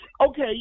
okay